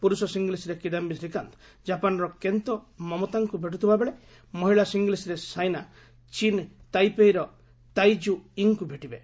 ପୁରୁଷ ସିଙ୍ଗଲ୍ସ୍ରେ କିଦାୟୀ ଶ୍ରୀକାନ୍ତ କାପାନ୍ର କେନ୍ତୋ ମୋମୋତାଙ୍କୁ ଭେଟୁଥିବା ବେଳେ ମହିଳା ସିଙ୍ଗଲ୍ସ୍ରେ ସାଇନା ଚୀନ୍ ତାଇପେଇର ତାଇ ଜୁ ଇଙ୍ଗ୍ଙ୍କୁ ଭେଟିବେ